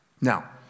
Now